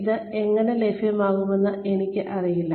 ഇത് എങ്ങനെ ലഭ്യമാക്കുമെന്ന് എനിക്കറിയില്ല